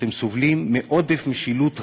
אתם סובלים מעודף משילות רעה,